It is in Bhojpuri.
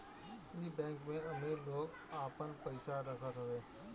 इ बैंक में अमीर लोग आपन पईसा रखत हवे